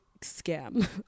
scam